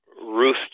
Ruth